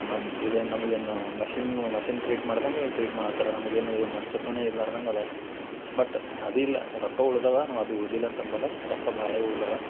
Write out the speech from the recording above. ಮನ್ ಇದೇನು ನಮಗೇನು machine machine treat ಮಾಡ್ದಂಗೆ ಇಲ್ಲಿ ಟ್ರೀಟ್ ಮಾಡೋ ಹತ್ತಾರೆ ನಮಗೇನೂ ಮನುಷ್ಯತ್ವವೇ ಇರ್ಲಾರ್ದಂಗೆ ಇದೆ ಬಟ್ ಅದು ಇಲ್ಲ ರೊಕ್ಕ ಉಳ್ದವೆ ಅನು ಅದು ಉಳ್ದಿಲ್ಲಂತ ಅನ್ನಲ್ಲ ರೊಕ್ಕ ಭಾಳ ಉಳ್ದಾವೆ